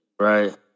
right